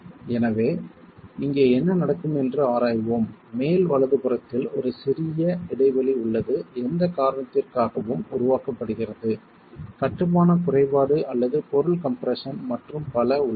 எனவே இங்கே என்ன நடக்கும் என்று ஆராய்வோம் மேல் வலதுபுறத்தில் ஒரு சிறிய இடைவெளி உள்ளது எந்த காரணத்திற்காகவும் உருவாக்கப்படுகிறது கட்டுமான குறைபாடு அல்லது பொருள் கம்ப்ரெஸ்ஸன் மற்றும் பல உள்ளது